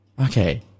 okay